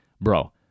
Bro